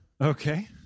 Okay